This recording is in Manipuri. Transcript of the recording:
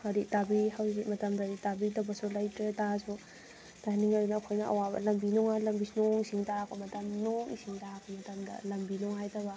ꯈꯔꯗꯤ ꯇꯥꯕꯤ ꯍꯧꯖꯤꯛ ꯃꯇꯝꯗꯗꯤ ꯇꯥꯕꯤꯗꯕꯁꯨ ꯂꯩꯇ꯭ꯔꯦ ꯇꯥꯔꯁꯨ ꯇꯥꯅꯤꯡꯉꯣꯏꯅ ꯑꯩꯈꯣꯏꯅ ꯑꯋꯥꯕ ꯂꯝꯕꯤ ꯂꯝꯕꯤ ꯅꯣꯡ ꯏꯁꯤꯡ ꯇꯥꯔꯛꯄ ꯃꯇꯝ ꯅꯣꯡ ꯏꯁꯤꯡ ꯇꯥꯔꯛ ꯃꯇꯝꯗ ꯂꯝꯕꯤ ꯅꯨꯡꯉꯥꯏꯇꯕ